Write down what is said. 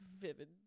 vivid